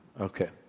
Okay